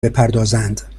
بپردازند